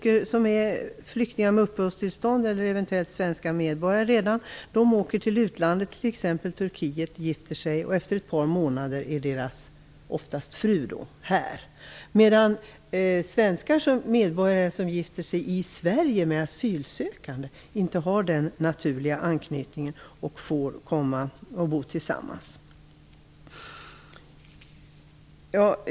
En del flyktingar med uppehållstillstånd, eller som kanske redan har blivit svenska medborgare, åker till utlandet, t.ex. Turkiet, och gifter sig. Efter ett par månader är deras fruar här. Svenska medborgare som gifter sig med asylsökande i Sverige har ofta inte den naturliga anknytningen för att bo tillsammans.